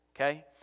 okay